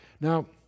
Now